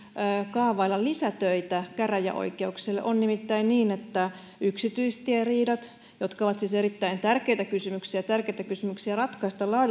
kaavailla lisätöitä käräjäoikeuksille on nimittäin niin että yksityistieriidat jotka ovat siis erittäin tärkeitä kysymyksiä ja tärkeitä kysymyksiä ratkaista